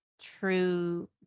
true